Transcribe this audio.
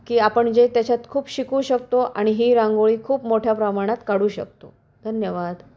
की आपण जे त्याच्यात खूप शिकू शकतो आणि ही रांगोळी खूप मोठ्या प्रमाणात काढू शकतो धन्यवाद